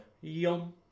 yum